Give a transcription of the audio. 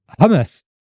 Hummus